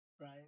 right